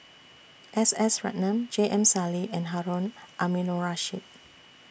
S S Ratnam J M Sali and Harun Aminurrashid